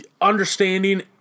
understanding